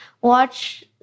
watch